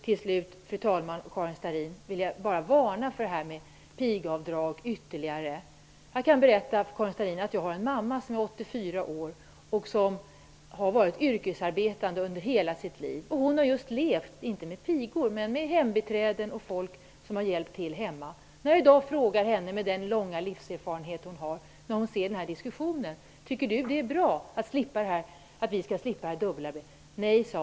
Till sist, fru talman och Karin Starrin, vill jag ytterligare varna för detta med pigavdrag. Jag kan berätta för Karin Starrin att jag har en mamma som är 84 år. Hon har varit yrkesarbetande under hela sitt liv. Hon har inte levt med pigor, men hon har levt med hembiträden och folk som har hjälpt till hemma. Hon har ju en lång livserfarenhet, och när hon hör den här diskussionen frågar jag henne: Tycker du att det är bra att vi skall slippa detta dubbelarbete?